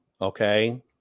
okay